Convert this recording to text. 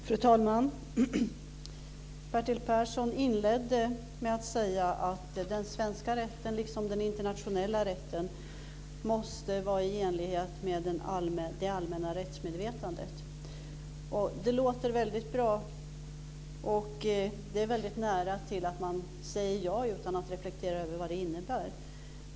Fru talman! Bertil Persson inledde med att säga att den svenska rätten liksom den internationella rätten måste vara i enlighet med det allmänna rättsmedvetandet. Det låter väldigt bra, och det är nära att man säger ja utan att reflektera över vad det innebär.